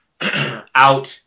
out